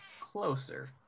closer